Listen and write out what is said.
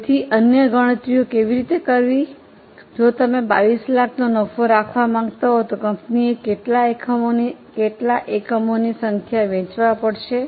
તેથી અન્ય ગણતરીઓ કેવી રીતે કરવી જો તમે 2200000 નો નફો રાખવા માંગતા હો તો કંપનીએ કેટલી એકમોની સંખ્યા વેચવા પડશે હશે